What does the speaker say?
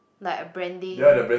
like a branding